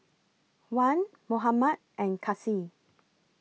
Wan Muhammad and Kasih